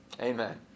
Amen